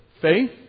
faith